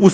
7.